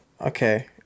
Okay